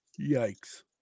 Yikes